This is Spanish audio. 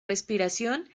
respiración